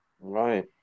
right